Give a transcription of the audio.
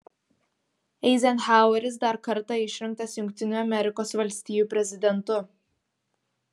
eizenhaueris dar kartą išrinktas jungtinių amerikos valstijų prezidentu